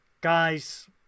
Guys